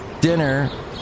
dinner